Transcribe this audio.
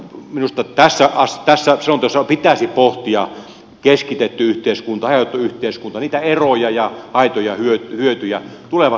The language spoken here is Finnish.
minusta tässä selonteossa pitäisi pohtia aihetta keskitetty yhteiskunta hajautettu yhteiskunta niitä eroja ja haittoja hyötyjä tulevaisuutta silmällä pitäen